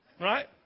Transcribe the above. Right